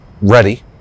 ready